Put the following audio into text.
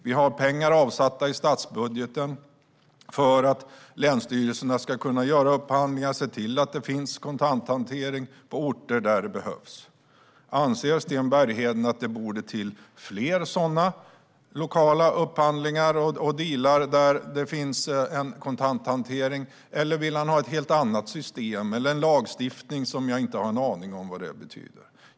Vi har pengar avsatta i statsbudgeten för att länsstyrelserna ska kunna göra upphandlingar och se till att det finns kontanthantering på orter där det behövs. Anser Sten Bergheden att det borde till fler sådana lokala upphandlingar och dealer där det finns en kontanthantering, eller vill han ha ett helt annat system - eller en lagstiftning, som jag inte har en aning om vad det betyder?